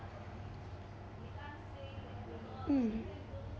mm